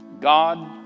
God